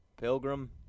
Pilgrim